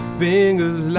fingers